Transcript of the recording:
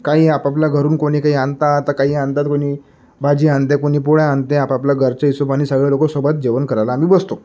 काही आपापल्या घरून कोणी काही आणतं आता काही आणतात कोणी भाजी आणते कोणी पोळ्या आणते आपाल्या घरच्या हिशोबानी सगळे लोकं सोबत जेवण करायला आम्ही बसतो